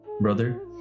brother